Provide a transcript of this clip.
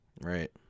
Right